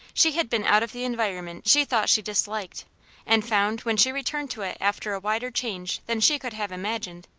she had been out of the environment she thought she disliked and found when she returned to it after a wider change than she could have imagined,